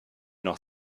noch